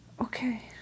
Okay